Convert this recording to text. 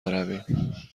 برویم